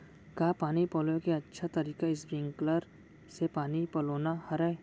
का पानी पलोय के अच्छा तरीका स्प्रिंगकलर से पानी पलोना हरय?